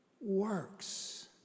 works